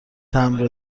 تمبر